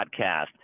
Podcast